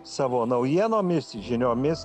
savo naujienomis žiniomis